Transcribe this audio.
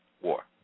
War